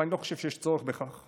אבל אני לא חושב שיש צורך בכך.